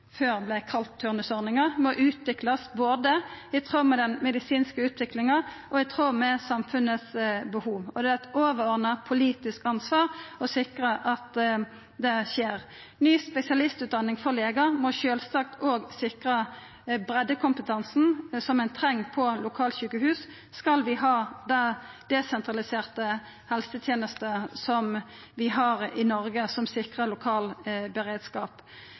før vart kalla turnusordninga, må utviklast både i tråd med den medisinske utviklinga og i tråd med samfunnets behov. Det er eit overordna politisk ansvar å sikra at det skjer. Ny spesialistutdanning for legar må sjølvsagt òg sikra breiddekompetansen som ein treng på lokalsjukehus om vi skal ha desentraliserte helsetenester som vi har i Noreg, og som sikrar lokal beredskap.